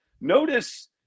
Notice